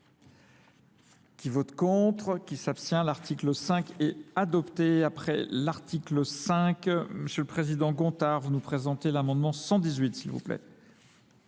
qui vote contre, qui s'abstient. L'article 5 est adopté après l'article 5. Monsieur le Président Gontard, vous nous présentez l'amendement 118, s'il vous plaît.